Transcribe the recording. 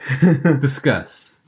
Discuss